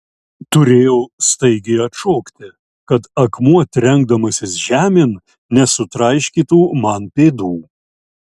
turėjau staigiai atšokti kad akmuo trenkdamasis žemėn nesutraiškytų man pėdų